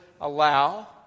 allow